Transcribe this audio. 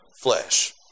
flesh